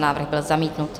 Návrh byl zamítnut.